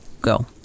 Go